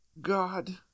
God